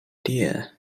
dear